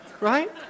right